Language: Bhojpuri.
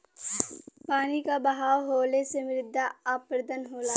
पानी क बहाव होले से मृदा अपरदन होला